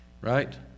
right